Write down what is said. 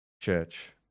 church